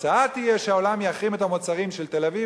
התוצאה תהיה שהעולם יחרים את המוצרים של תל-אביב